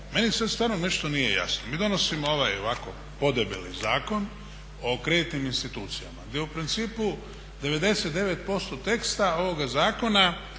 meni sad stvarno nešto nije jasno. Mi donosimo ovaj ovako podebeli Zakon o kreditnim institucijama, gdje u principu 99% teksta ovoga zakona